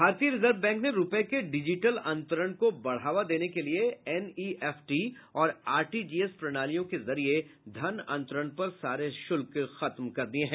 भारतीय reserve bank ने रूपये के डिजिटल अंतरण को बढ़ावा देने के लिए एनईएफटी और आरटीजीएस प्रणालियों के जरिये धन अंतरण पर सारे शुल्क खत्म कर दिए हैं